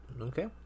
Okay